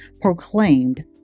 proclaimed